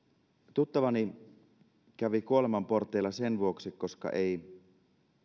tuttavani kävi kuoleman porteilla sen vuoksi että ei